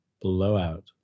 Blowout